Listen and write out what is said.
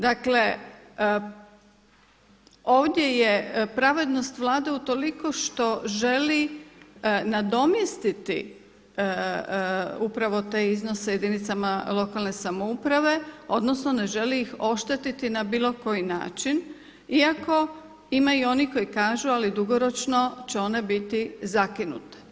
Dakle ovdje je pravednost Vlade utoliko što želi nadomjestiti upravo te iznose jedinicama lokalne samouprave odnosno ne želi ih ošteti na bilo koji način iako ima i onih koji kažu ali dugoročno će one biti zakinute.